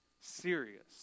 serious